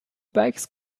bikes